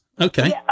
Okay